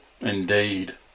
Indeed